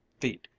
feet